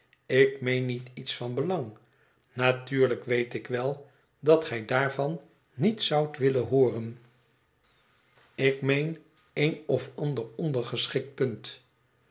ik meen niet iets van belang natuurlijk weet ik wel dat gij daarvan niet zoudt willen hooren ik meen een of ander ondergeschikt